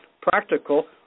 practical